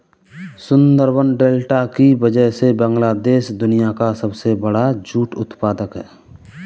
Sundarban delta की वजह से बांग्लादेश दुनिया का सबसे बड़ा जूट उत्पादक है